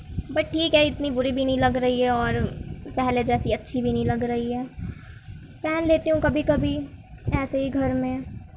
but ٹھیک ہے اتنی بری بھی نہیں لگ رہی ہے اور پہلے جیسی اچھی بھی نہیں لگ رہی ہے پہن لیتی ہوں کبھی کبھی ایسے ہی گھر میں